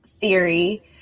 theory